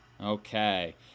okay